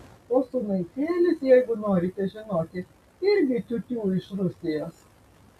o sūnaitėlis jeigu norite žinoti irgi tiutiū iš rusijos